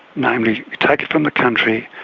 namely take it from the country,